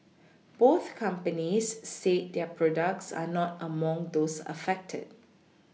both companies said their products are not among those affected